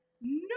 no